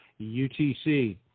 UTC